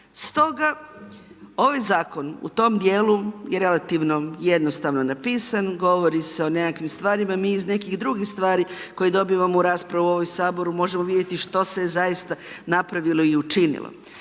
Stoga, ovaj Zakon u tom dijelu je relativno jednostavno napisan. Govori se o nekakvim stvarima, mi iz nekih drugih stvari koje dobivamo u raspravu u ovom Saboru možemo vidjeti što se zaista napravilo i učinilo.